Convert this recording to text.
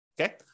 okay